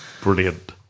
Brilliant